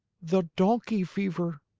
the donkey fever.